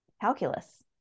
calculus